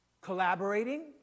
collaborating